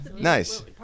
Nice